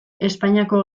espainiako